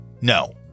no